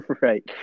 Right